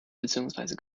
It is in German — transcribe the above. beziehungsweise